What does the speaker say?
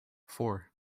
four